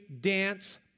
dance